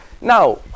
now